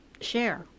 share